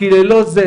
כי ללא זה,